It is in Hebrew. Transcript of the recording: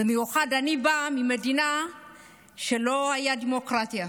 במיוחד כי אני באה ממדינה שלא הייתה בה דמוקרטיה.